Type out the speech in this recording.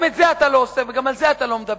גם את זה אתה לא עושה וגם על זה אתה לא מדבר.